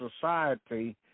society